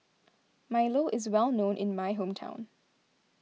Milo is well known in my hometown